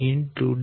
4 9